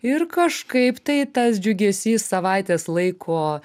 ir kažkaip tai tas džiugesys savaitės laiko